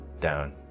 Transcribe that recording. Down